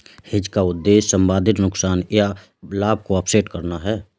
hedge का उद्देश्य संभावित नुकसान या लाभ को ऑफसेट करना है